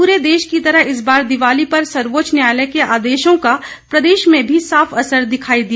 पूरे देश की तरह इस बार दिवाली पर सर्वोच्च न्यायालय के आदेशों का प्रदेश में भी साफ असर दिखाई दिया